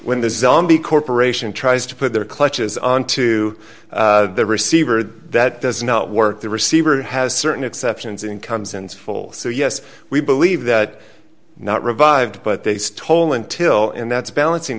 zombie corporation tries to put their clutches onto the receiver that does not work the receiver has certain exceptions incomes and full so yes we believe that not revived but they stole until and that's balancing